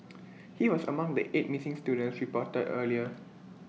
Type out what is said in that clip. he was among the eight missing students reported earlier